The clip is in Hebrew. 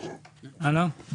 הלאה.